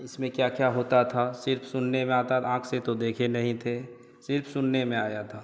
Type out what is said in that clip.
इसमें क्या क्या होता था सिर्फ़ सुनने में आता था आँख से तो देखे नहीं थे सिर्फ सुनने में आया था